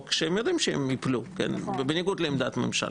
שהם יודעים שהן יפלו כי הן בניגוד לעמדת ממשלה.